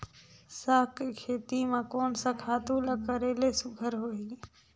साग के खेती म कोन स खातु ल करेले सुघ्घर होही?